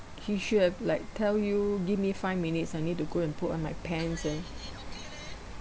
he should have like tell you give me five minutes I need to go and put on my pants eh